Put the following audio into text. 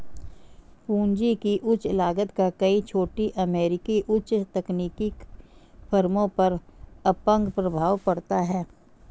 पूंजी की उच्च लागत का कई छोटी अमेरिकी उच्च तकनीकी फर्मों पर अपंग प्रभाव पड़ता है